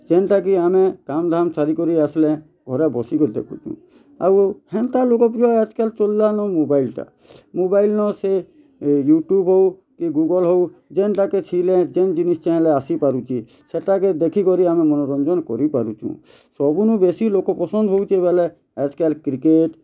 ଯେନ୍ତା କି ଆମେ କାମ୍ ଧାମ୍ ଛାଡ଼ିକରି ଆସିଲେ ଘରେ ବସିକରି ଦେଖୁଚୁଁ ଆଉ ହେନ୍ତା ଲୋକ୍ କିବା ଆଜ୍ କାଲ୍ ଚଲାନ୍ ମୋବାଇଲ୍ଟା ମୋବାଇଲ୍ ନ୍ ସେ ଏ ୟୁଟ୍ୟୁବ୍ ହଉ କି ଗୁଗଲ୍ ହଉ ଯେନ୍ତା କି ଛିଇଁଲେ ଯେନ୍ ଜିନିଷ୍ ଚାହିଁଲେ ଆସି ପାରୁଛି ସେଟାକେ ଦେଖିକରି ଆମେ ମନୋରଞ୍ଜନ କରି ପାରୁଚୁଁ ସବୁନୁ ବେଶୀ ଲୋକ ପସନ୍ଦ ହଉଛେ ବେଲେ ଆଜ୍ କାଲ୍ କ୍ରିକେଟ୍